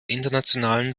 internationalen